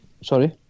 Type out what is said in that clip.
Sorry